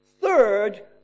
third